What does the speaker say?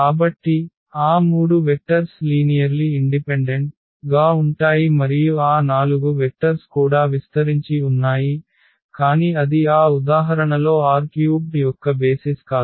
కాబట్టి ఆ 3 vectors linearly independent గా ఉంటాయి మరియు ఆ 4 వెక్టర్స్ కూడా విస్తరించి ఉన్నాయి కాని అది ఆ ఉదాహరణలో R³ యొక్క బేసిస్ కాదు